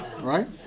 right